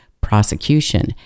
prosecution